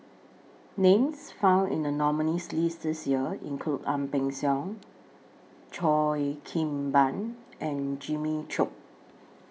Names found in The nominees' list This Year include Ang Peng Siong Cheo Kim Ban and Jimmy Chok